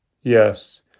Yes